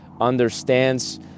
understands